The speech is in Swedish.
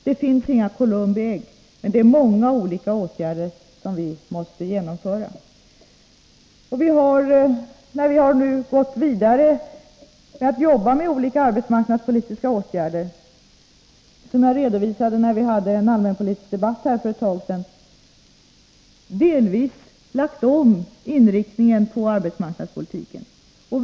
Det finns inga Columbi ägg, men det är många olika åtgärder som måste vidtas. När vi gått vidare med arbetsmarknadspolitiken — och här lämnade jag en redovisning vid den allmänpolitiska debatten för ett tag sedan — har vi delvis ändrat arbetsmarknadspolitikens inriktning.